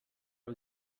are